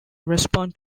respond